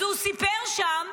אז הוא סיפר שם,